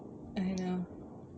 I know